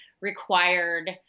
required